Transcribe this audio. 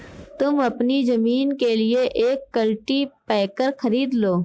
तुम अपनी जमीन के लिए एक कल्टीपैकर खरीद लो